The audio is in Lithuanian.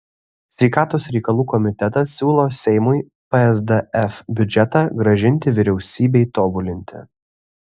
sveikatos reikalų komitetas siūlo seimui psdf biudžetą grąžinti vyriausybei tobulinti